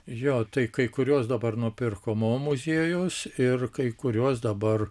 jo tai kai kuriuos dabar nupirko mo muziejaus ir kai kuriuos dabar